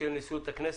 נשיאות הכנסת.